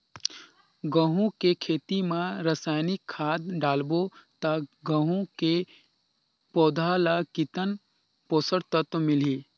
गंहू के खेती मां रसायनिक खाद डालबो ता गंहू के पौधा ला कितन पोषक तत्व मिलही?